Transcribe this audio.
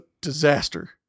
disaster